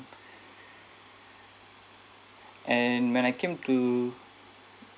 and when I came to their